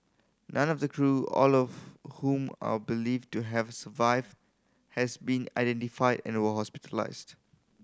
none of the crew all of whom are believed to have survived has been identified and were hospitalised